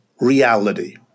reality